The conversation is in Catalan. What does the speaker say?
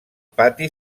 pati